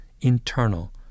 internal